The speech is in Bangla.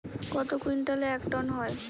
কত কুইন্টালে এক টন হয়?